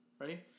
Ready